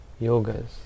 yogas